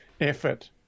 effort